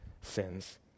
sins